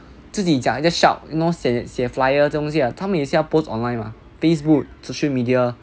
自己讲一直 shout you know 写写 flyer 这种东西 [what] 他们也是要 post online mah Facebook social media